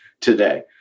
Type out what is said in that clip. today